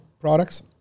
products